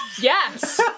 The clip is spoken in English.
Yes